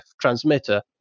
transmitter